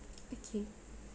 okay